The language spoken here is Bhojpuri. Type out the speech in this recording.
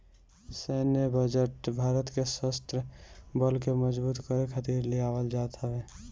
सैन्य बजट भारत के शस्त्र बल के मजबूत करे खातिर लियावल जात हवे